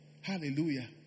Hallelujah